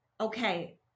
okay